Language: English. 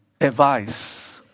advice